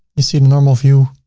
you see the normal view.